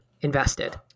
invested